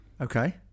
Okay